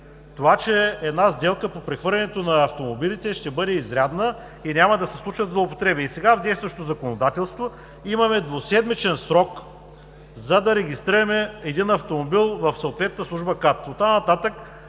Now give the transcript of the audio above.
това, че една сделка по прехвърлянето на автомобилите ще бъде изрядна и няма да се случват злоупотреби. И сега в действащото законодателство имаме двуседмичен срок, за да регистрираме един автомобил в съответна служба КАТ.